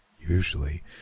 Usually